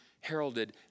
heralded